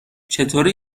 چطوری